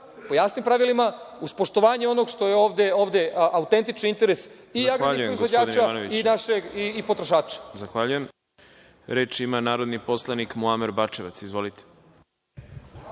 po jasnim pravilima, uz poštovanje onog što je ovde autentični interes i agrarnog proizvođača i potrošača.